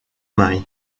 معي